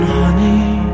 honey